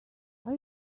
are